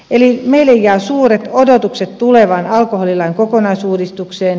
eli meille jää suuret odotukset tulevaan alkoholilain kokonaisuudistukseen